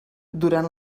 durant